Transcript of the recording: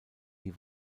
die